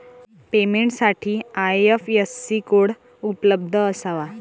पेमेंटसाठी IFSC code उपलब्ध असावा